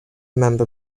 member